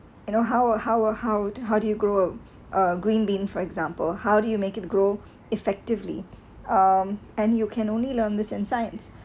you know how a how a how how do you grow a green bean for example how do you make it grow effectively um and you can only learn this in science